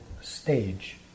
stage